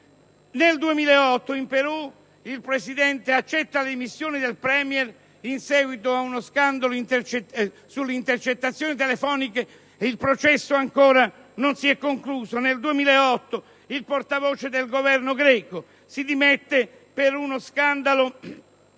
Nel 2008 in Perù il Presidente accetta le dimissioni del Premierin seguito ad uno scandalo sulle intercettazioni telefoniche, il cui processo non si è ancora concluso. Nel 2008 il portavoce del Governo greco si dimette per uno scandalo